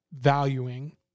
valuing